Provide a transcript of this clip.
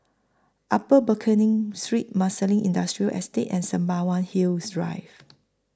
Upper Pickering Street Marsiling Industrial Estate and Sembawang Hills Drive